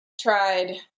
tried